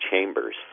chambers